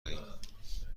دهیم